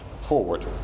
forward